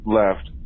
left